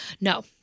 No